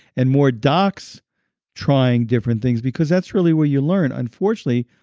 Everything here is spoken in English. and more docs trying different things, because that's really where you learn. unfortunately,